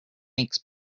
makes